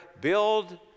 build